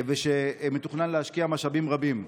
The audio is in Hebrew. ומתוכנן להשקיע משאבים רבים.